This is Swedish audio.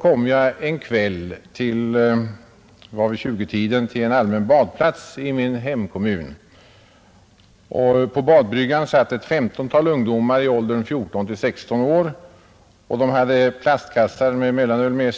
kom jag en kväll vid 20-tiden till en allmän badplats i min hemkommun, På badbryggan satt ett 15-tal ungdomar i åldern 14—16 år. De hade med sig plastkassar med mellanöl.